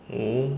oh